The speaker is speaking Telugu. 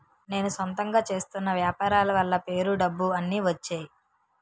నేను సొంతంగా చేస్తున్న వ్యాపారాల వల్ల పేరు డబ్బు అన్ని వచ్చేయి